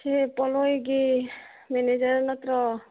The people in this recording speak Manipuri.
ꯁꯤ ꯄꯣꯠꯂꯣꯏꯒꯤ ꯃꯦꯅꯦꯖꯔ ꯅꯠꯇ꯭ꯔꯣ